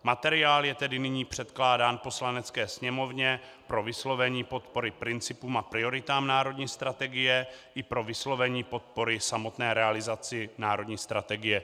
Materiál je tedy nyní předkládán Poslanecké sněmovně pro vyslovení podpory principům a prioritám národní strategie i pro vyslovení podpory samotné realizaci národní strategie.